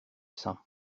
saint